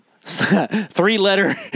three-letter